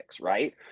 right